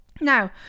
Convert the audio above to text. now